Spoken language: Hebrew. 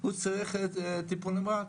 הוא צריך את טיפול נמרץ,